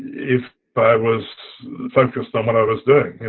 if i was focused on what i was doing.